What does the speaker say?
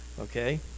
okay